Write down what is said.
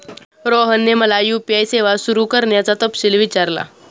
रोहनने मला यू.पी.आय सेवा सुरू करण्याचा तपशील विचारला